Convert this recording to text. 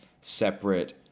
separate